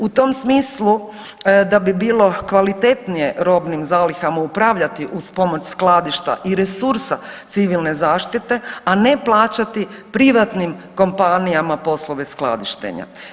U tom smislu da bi bilo kvalitetnije robnim zalihama upravljati uz pomoć skladišta i resursa civilne zaštite, a ne plaćati privatnim kompanijama poslove skladištenja.